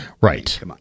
right